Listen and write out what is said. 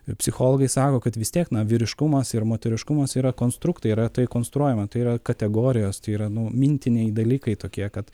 psichologai sako kad vis tiek na vyriškumas ir moteriškumas yra konstruktai yra tai konstruojama tai yra kategorijos tai yra nu mintiniai dalykai tokie kad